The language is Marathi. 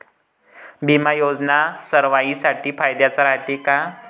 बिमा योजना सर्वाईसाठी फायद्याचं रायते का?